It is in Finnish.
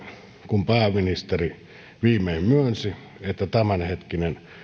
kun pääministeri viimein myönsi että tämänhetkinen